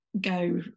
go